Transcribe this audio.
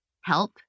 help